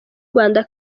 rwanda